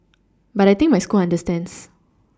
but I think my school understands